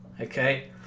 Okay